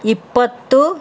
ಇಪ್ಪತ್ತು